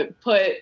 put